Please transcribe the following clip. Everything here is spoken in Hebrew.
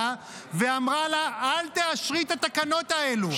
ואמרה לה: אל תאשרי את התקנות האלה.